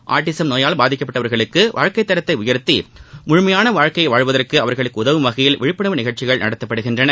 autism நோயால் பாதிக்கப்பட்டவர்களுக்கு வாழ்க்கை தரத்தை உயர்த்தி முழுமையான வாழ்க்கையை வாழ்வதற்கு அவர்களுக்கு உதவும் வகையில் விழிப்புணர்வு நிகழ்ச்சிகள் நடத்தப்படுகின்றன